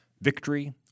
victory